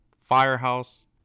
Firehouse